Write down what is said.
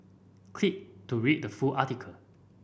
click to read the full article